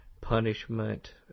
punishment